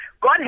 God